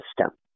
system